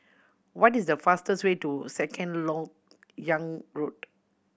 what is the fastest way to Second Lok Yang Road